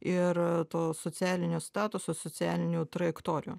ir to socialinio statuso socialinių trajektorijų